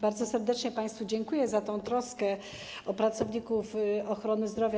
Bardzo serdecznie państwu dziękuję za tę troskę o pracowników ochrony zdrowia.